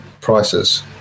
prices